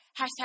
hashtag